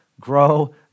grow